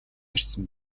ирсэн